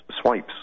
swipes